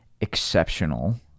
exceptional